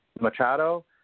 Machado